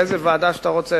באיזו ועדה שאתה רוצה,